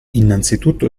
innanzitutto